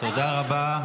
תודה רבה.